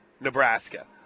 Nebraska